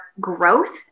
growth